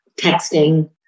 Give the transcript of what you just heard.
texting